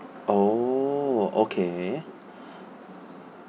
oh okay